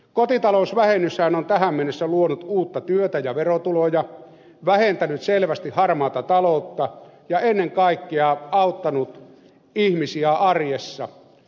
kotitalousvähennyshän on tähän mennessä luonut uutta työtä ja verotuloja vähentänyt selvästi harmaata taloutta ja ennen kaikkea auttanut ihmisiä arjessa